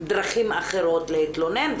בדרכים אחרות להתלונן,